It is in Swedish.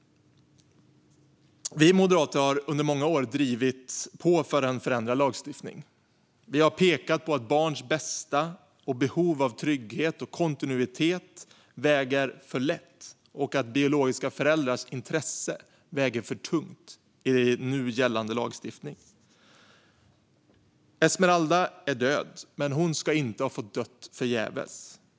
Vi moderater har under många år drivit på för en förändrad lagstiftning. Vi har pekat på att barns bästa och behov av trygghet och kontinuitet väger för lätt och att biologiska föräldrars intressen väger för tungt i nu gällande lagstiftning. Esmeralda är död, men hon ska inte ha fått dö förgäves.